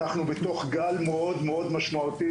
אנחנו בתוך גל מאוד משמעותי.